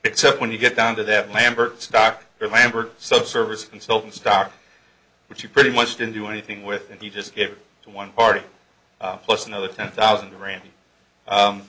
except when you get down to that lambert stock remember sub service consultant stock which you pretty much didn't do anything with and you just gave to one party plus another ten thousand randy